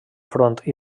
front